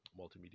multimedia